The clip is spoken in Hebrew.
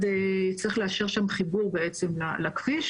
צריך לאשר שם חיבור בעצם לכביש.